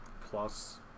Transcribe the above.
Plus